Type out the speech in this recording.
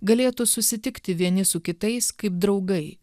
galėtų susitikti vieni su kitais kaip draugai